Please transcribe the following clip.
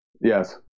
Yes